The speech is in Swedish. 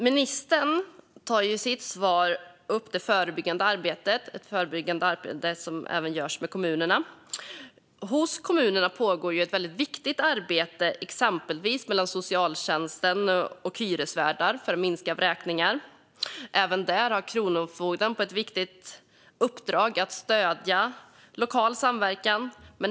Ministern tog i sitt svar upp det förebyggande arbetet i kommunerna. Där pågår ett viktigt arbete exempelvis mellan socialtjänst och hyresvärdar för att minska vräkningar, och även där har Kronofogden ett viktigt uppdrag att stödja lokal samverkan.